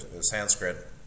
Sanskrit